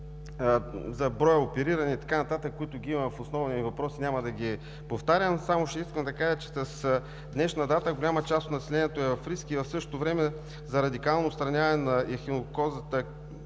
за броя оперирани, които ги има в основния ми въпрос, няма да ги повтарям. Искам да кажа, че към днешна дата голяма част от населението е в риск и в същото време за радикално отстраняване на ехинококозата